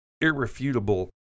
irrefutable